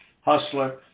hustler